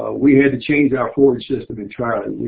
ah we had to change our forward system entirely.